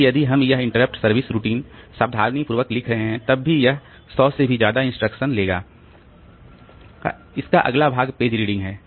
इसलिए यदि हम यह इंटरप्ट सर्विस रूटीन सावधानीपूर्वक लिख रहे हैं तब भी यह 100 से भी ज्यादा इंस्ट्रक्शंस लेगा का अगला भाग पेज रीडिंग है